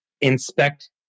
inspect